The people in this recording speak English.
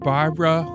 Barbara